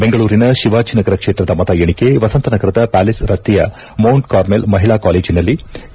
ಬೆಂಗಳೂರಿನ ಶಿವಾಜಿನಗರ ಕ್ಷೇತ್ರದ ಮತ ಎಣಿಕೆ ಮಸಂತನಗರದ ಪ್ವಾಲೇಸ್ ರಸ್ತೆಯ ಮೌಂಟ್ ಕಾರ್ಮೆಲ್ ಮಹಿಳಾ ಕಾಲೇಜಿನಲ್ಲಿ ಕೆ